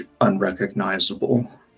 unrecognizable